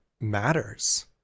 matters